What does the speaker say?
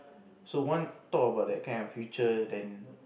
so one thought about that kind of future then